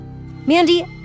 Mandy